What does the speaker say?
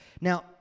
Now